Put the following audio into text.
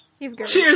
Cheers